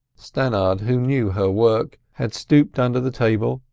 stannard, who knew her work, had stooped under the table,